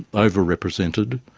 overrepresented,